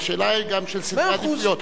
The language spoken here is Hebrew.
השאלה היא גם של סדרי עדיפויות.